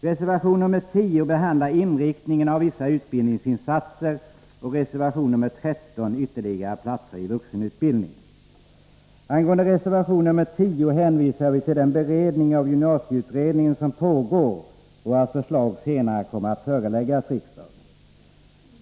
Reservation 10 behandlar inriktningen av vissa utbildningsinsatser och reservation 13 ytterligare platser i vuxenutbildningen. Angående reservation 10 hänvisar jag till den beredning av gymnasieutredningen som pågår. Förslag kommer senare att föreläggas riksdagen.